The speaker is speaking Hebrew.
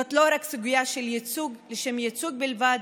זאת לא רק סוגיה של ייצוג לשם ייצוג בלבד,